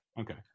Okay